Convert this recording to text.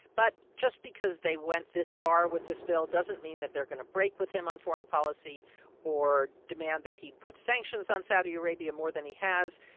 but just because they went this far with this bill doesn't mean that they're going to break with him on foreign policy or demand that he put sanctions on saudi arabia more than he has.